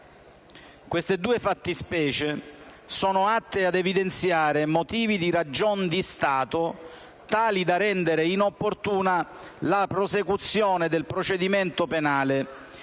Queste due fattispecie sono atte ad evidenziare motivi di ragion di Stato tali da rendere inopportuna la prosecuzione del procedimento penale